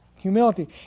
humility